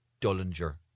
Dullinger